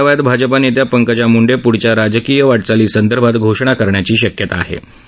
या मेळाव्यात भाजपा नेत्या पंकजा मुंडे पुढच्या राजकीय वाटचाली संदर्भात घोषणा करण्याची शक्यता आहे